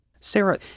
Sarah